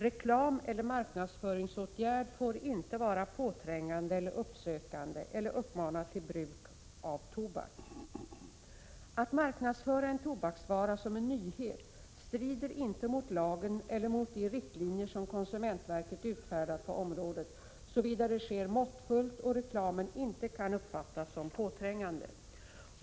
Reklameller marknadsföringsåtgärd får inte vara påträngande eller uppsökande eller uppmana till bruk av tobak. Att marknadsföra en tobaksvara som en nyhet strider inte mot lagen eller mot de riktlinjer som konsumentverket utfärdat på området, såvida det sker måttfullt och reklamen inte kan uppfattas som påträngande.